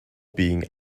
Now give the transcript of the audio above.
being